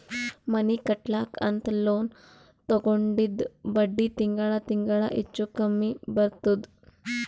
ಮನಿ ಕಟ್ಲಕ್ ಅಂತ್ ಲೋನ್ ತಗೊಂಡಿದ್ದ ಬಡ್ಡಿ ತಿಂಗಳಾ ತಿಂಗಳಾ ಹೆಚ್ಚು ಕಮ್ಮಿ ಬರ್ತುದ್